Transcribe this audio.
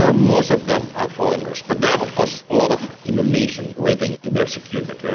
ah most of them are foreigners, but there are of course a lot of indonesians waiting to be executed.